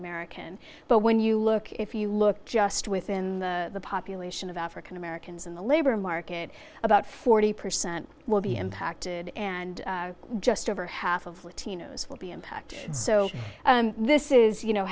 american but when you look if you look just within the population of african americans in the labor market about forty percent will be impacted and just over half of latino's will be impacted so this is you know